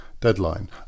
deadline